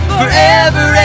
forever